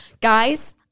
guys